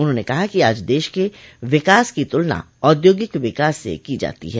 उन्होंने कहा कि आज देश के विकास की तुलना औद्योगिक विकास से की जाती है